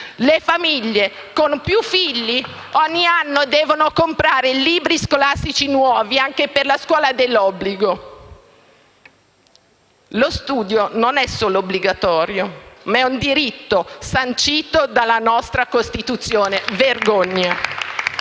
Le famiglie con più figli ogni anno devono comprare libri scolastici nuovi anche per la scuola dell'obbligo. Lo studio non è solo obbligatorio, ma è un diritto sancito dalla nostra Costituzione. Vergogna.